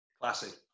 Classic